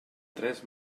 tres